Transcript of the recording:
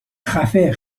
خفه